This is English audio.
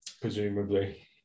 presumably